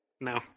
No